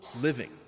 living